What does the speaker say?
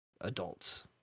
adults